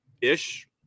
ish